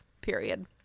period